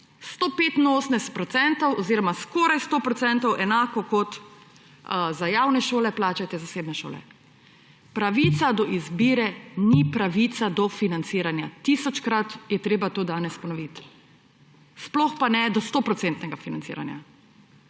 185 % oziroma skoraj 100 %, enako kot za javne šole, plačajte zasebne šole. Pravica do izbire ni pravica do financiranja. Tisočkrat je treba to danes ponoviti. Sploh pa ne do 100-procentnega financiranja.